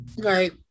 right